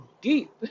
deep